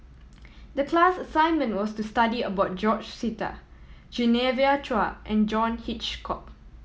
the class assignment was to study about George Sita Genevieve Chua and John Hitchcock